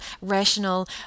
rational